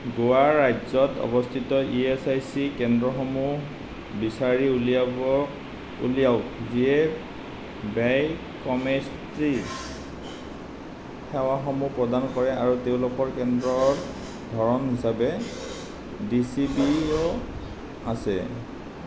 গোৱাৰ ৰাজ্যত অৱস্থিত ই এচ আই চি কেন্দ্ৰসমূহ বিচাৰি উলিয়াব উলিয়াওক যিয়ে বায়'কেমেষ্ট্ৰী সেৱাসমূহ প্ৰদান কৰে আৰু তেওঁলোকৰ কেন্দ্ৰৰ ধৰণ হিচাপে ডি চি বি অ' আছে